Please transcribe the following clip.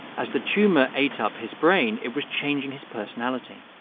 as the tumor ate up his brain, it was changing his personality.